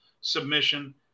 submission